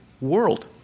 world